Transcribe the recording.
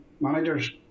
managers